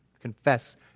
confess